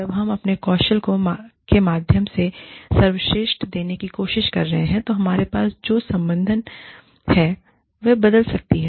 जब हम अपने कौशल के माध्यम से सर्वश्रेष्ठ देने की कोशिश कर रहे हैं तो हमारे पास जो संबंधन है वह बदल सकती है